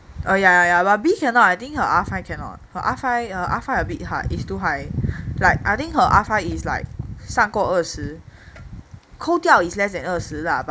oh ya ya but b cannot I think her r five cannot her r five uh her r five a bit hard is too high like I think her r five is like 上过二十扣掉 is less than 二十 lah